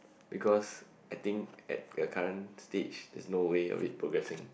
because I think at the current stage there is no way of it progressing